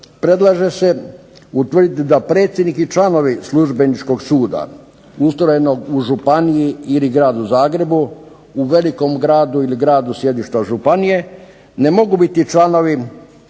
predlaže se utvrditi da predsjednik i članovi službeničkog suda ustrojenog u županiji ili Gradu Zagrebu u velikom gradu ili sjedišta županije ne mogu biti članovi